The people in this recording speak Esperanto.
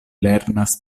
lernas